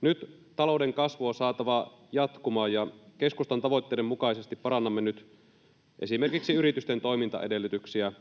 Nyt talouden kasvu on saatava jatkumaan, ja keskustan tavoitteiden mukaisesti parannamme nyt esimerkiksi yritysten toimintaedellytyksiä